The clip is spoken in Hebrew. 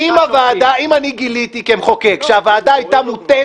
אם אני גיליתי כמחוקק שהוועדה הייתה מוטית